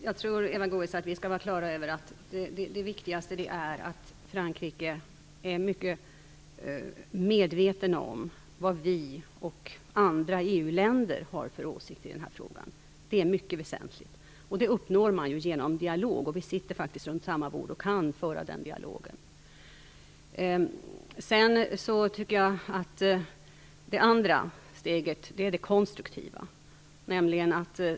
Herr talman! Jag tror, Eva Goës, att vi skall vara klara över att det viktigaste är att Frankrike är mycket medvetet om vad vi och andra EU-länder har för åsikt i den här frågan. Det är mycket väsentligt. Detta uppnår man genom dialog, och vi sitter ju faktiskt vid samma bord och kan föra den dialogen. Ett andra steg är det konstruktiva handlandet.